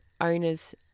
owners